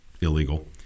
illegal